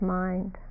mind